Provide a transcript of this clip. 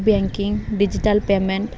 banking digital payment